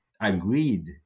agreed